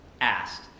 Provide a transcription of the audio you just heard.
asked